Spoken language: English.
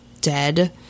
dead